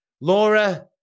Laura